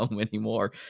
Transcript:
anymore